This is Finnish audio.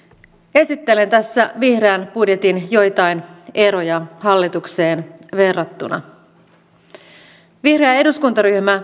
esittelen tässä vihreän budjetin joitain eroja hallitukseen verrattuna vihreä eduskuntaryhmä